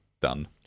done